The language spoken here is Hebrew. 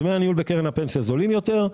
דמי הניהול בקרן הפנסיה זולים יותר.